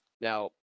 Now